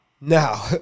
Now